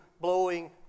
blowing